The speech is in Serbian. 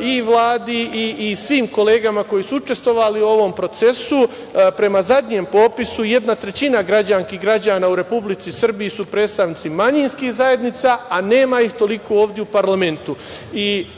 i Vladi i svim kolegama koji su učestvovali u ovom procesu. Prema zadnjem popisu jedna trećina građanki i građana u Republici Srbiji su predstavnici manjinskih zajednica, a nema ih toliko ovde u parlamentu.